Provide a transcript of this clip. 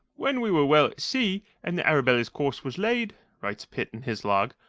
when we were well at sea, and the arabella's course was laid, writes pitt, in his log,